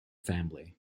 family